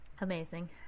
amazing